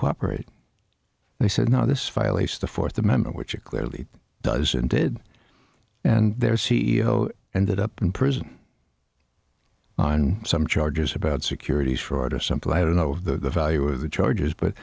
cooperate they said no this violates the fourth amendment which it clearly does and did and their c e o and that up in prison on some charges about securities fraud or something i don't know the value of the charges but